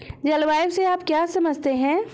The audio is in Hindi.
जलवायु से आप क्या समझते हैं?